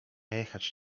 jechać